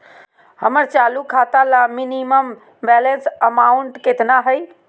हमर चालू खाता ला मिनिमम बैलेंस अमाउंट केतना हइ?